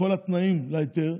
כל התנאים להיתר.